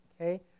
okay